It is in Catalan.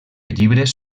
llibres